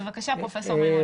בבקשה, פרופ' מימון.